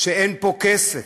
שאין פה כסף,